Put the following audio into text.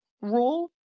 rule